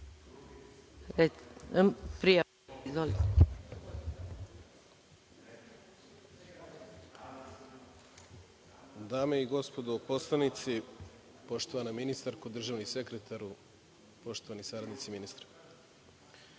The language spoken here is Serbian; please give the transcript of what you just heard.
Dame i gospodo poslanici, poštovana ministarko, državni sekretaru, poštovani saradnici ministra,